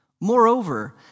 Moreover